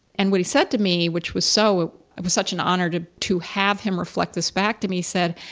and what he said to me, which was so it was such an honor to, to have him reflect this back to me, he said,